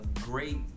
great